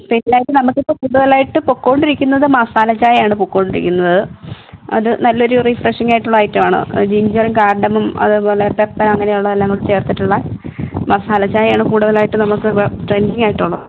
special ആയിട്ട് നമുക്കിപ്പോൾ കൂടുതലായിട്ട് പോയിക്കോണ്ടിരിക്കുന്നത് മസാല ചായയാണ് പോയിക്കോണ്ടിരിക്കുന്നത് അത് നല്ലൊരു റിഫ്രഷിങ്ങ് ആയിട്ടുള്ള ഐറ്റം ആണത് ജിഞ്ചറും കാർഡമമും അതേപോലെ പെപ്പർ അങ്ങനെയുള്ള എല്ലാംകൂടെ ചേർത്തിട്ടുള്ള മസാല ചായയാണ് കൂടുതലായിട്ടും നമുക്ക് ട്രെൻഡിങ്ങ് ആയിട്ടുള്ളത്